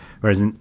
Whereas